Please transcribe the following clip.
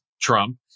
Trump